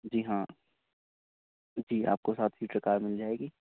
جی ہاں جی آپ کو سات سیٹر کار مِل جائے گی